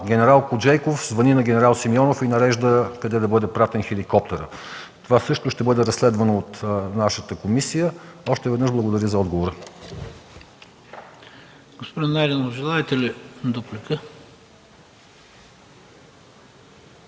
генерал Коджейков звъни на генерал Симеонов и нарежда къде да бъде пратен хеликоптерът. Това също ще бъде разследвано от нашата комисия. Още веднъж благодаря за отговора. ПРЕДСЕДАТЕЛ ХРИСТО БИСЕРОВ: